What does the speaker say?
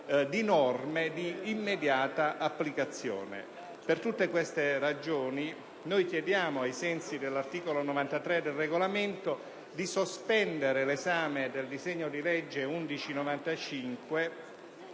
di norme di immediata applicazione. Per tutte queste ragioni, chiediamo, ai sensi dell'articolo 93 del Regolamento del Senato, di sospendere l'esame del disegno di legge n. 1195